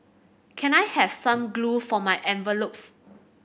can I have some glue for my envelopes